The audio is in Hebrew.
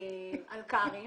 מלכ"רים